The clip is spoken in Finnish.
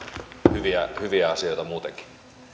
hyviä hyviä asioita muutenkin